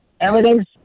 Everything's